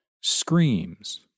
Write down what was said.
screams